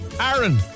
Aaron